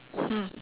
hmm